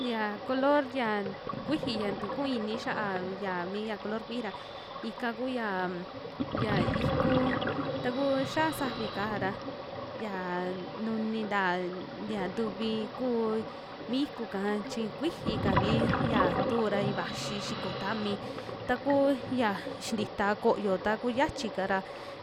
Xia color yan kuiji ya takuu ini xia'a. ya mia color kuiji ra ika kuya ya ikuu taku xiaa safi kaa ra ya nuninta ya ntuvi kuu mi iku'ka, chi kuiji kavii ntu ra i'i vaxi xiko tami, taku ya xintita koyo taku xiachi'ka ra